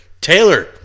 Taylor